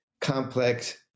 complex